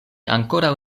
ankoraŭ